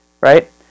right